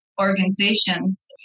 organizations